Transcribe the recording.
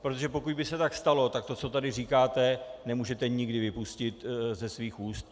Protože pokud by se tak stalo, tak to, co tady říkáte, nemůžete nikdy vypustit ze svých úst.